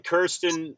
Kirsten –